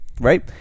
right